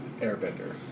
Airbender